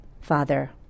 Father